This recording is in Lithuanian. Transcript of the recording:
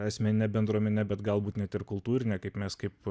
asmeninę bendruomenę bet galbūt net ir kultūrinę kaip mes kaip